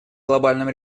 глобальном